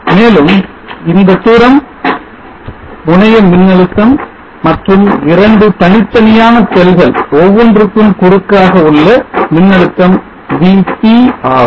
மேலும் இந்த தூரம் முனைய மின்னழுத்தம் மற்றும் 2 தனித்தனியான செல்கள் ஒவ்வொன்றுக்கும் குறுக்காக உள்ள மின்னழுத்தம் VT ஆகும்